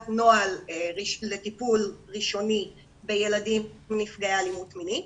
נוהל לטיפול ראשוני בילדים נפגעי אלימות מינית.